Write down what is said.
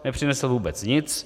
Nepřinesl vůbec nic.